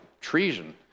treason